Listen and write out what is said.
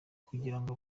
kugirango